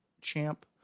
champ